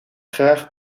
graag